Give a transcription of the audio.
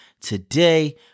today